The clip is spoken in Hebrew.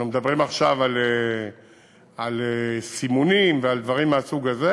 אנחנו מדברים עכשיו על סימונים ועל דברים מהסוג הזה.